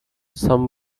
some